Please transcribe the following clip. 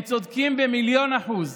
הם צודקים במיליון אחוז.